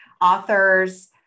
authors